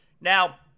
Now